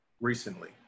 recently